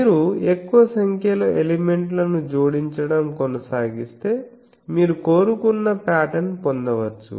మీరు ఎక్కువ సంఖ్యలో ఎలిమెంట్లను జోడించడం కొనసాగిస్తే మీరు కోరుకున్న పాటర్న్ పొందవచ్చు